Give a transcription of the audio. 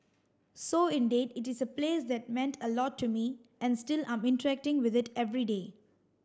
so indeed it is a place that meant a lot to me and still I'm interacting with it every day